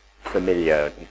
familiar